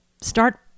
start